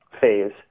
phase